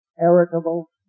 irritable